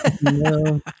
No